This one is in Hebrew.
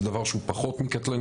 זה דבר שהוא פחות מקטלני.